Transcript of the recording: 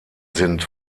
sind